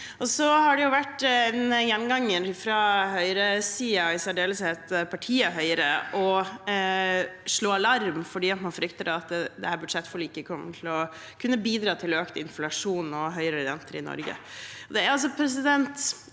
Det har vært en gjenganger fra høyresiden, i særdeleshet partiet Høyre, å slå alarm fordi man frykter at dette budsjettforliket kommer til å kunne bidra til økt inflasjon og høyere renter i Norge.